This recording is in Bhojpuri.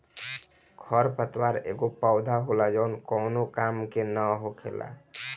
खर पतवार एगो पौधा होला जवन कौनो का के न हो खेला